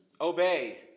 Obey